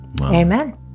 Amen